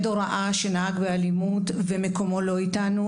הוראה שנהג באלימות ומקומו לא איתנו,